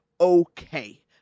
okay